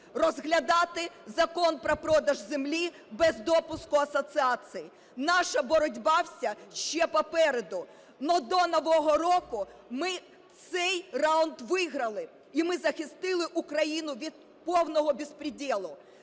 розглядати Закон про продаж землі без допуску асоціації. Наша боротьба вся ще попереду, но до нового року ми цей раунд виграли, і ми захистили Україну від повного безпрєдєлу.